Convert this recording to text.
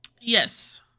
Yes